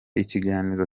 ikiganiro